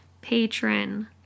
patron